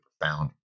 profound